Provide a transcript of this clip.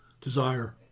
desire